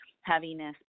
heaviness